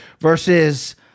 versus